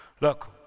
look